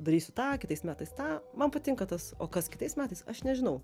darysiu tą kitais metais tą man patinka tas o kas kitais metais aš nežinau